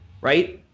right